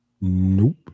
Nope